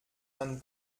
man